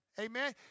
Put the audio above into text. Amen